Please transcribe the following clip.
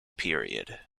period